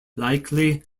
likely